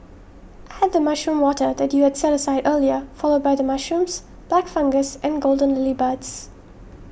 add the mushroom water that you had set aside earlier followed by the mushrooms black fungus and golden lily buds